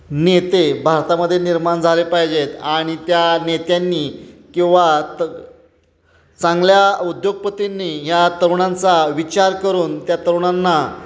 नेते भारतामध्ये निर्माण झाले पाहिजेत आणि त्या नेत्यांनी किंवा त चांगल्या उद्योगपतींनी ह्या तरुणांचा विचार करून त्या तरुणांना